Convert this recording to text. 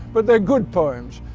but they're good poems.